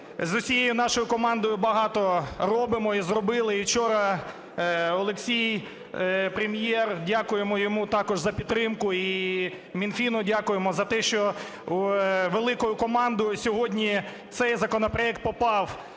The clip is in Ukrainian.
з усією нашою командою багато робимо і зробили. І вчора Олексій, Прем'єр, дякуємо йому також за підтримку, і Мінфіну дякуємо за те, що великою командою сьогодні цей законопроект попав